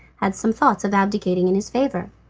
had some thoughts of abdicating in his favour.